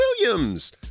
Williams